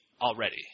already